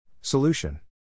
Solution